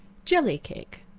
jelly cake.